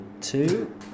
two